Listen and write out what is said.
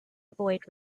avoid